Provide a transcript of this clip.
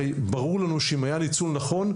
הרי ברור לנו שאם היה ניצול נכון,